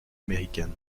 américaine